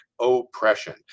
oppression